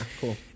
cool